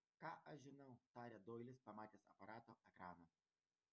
ką aš žinau tarė doilis pamatęs aparato ekraną